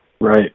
Right